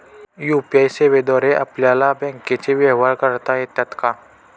UPI सेवेद्वारे आपल्याला बँकचे व्यवहार करता येतात का?